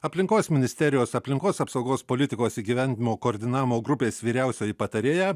aplinkos ministerijos aplinkos apsaugos politikos įgyvendinimo koordinavimo grupės vyriausioji patarėja